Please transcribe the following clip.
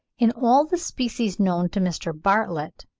in all the species known to mr. bartlett,